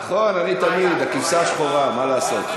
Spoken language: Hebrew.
נכון, אני תמיד הכבשה השחורה, מה לעשות.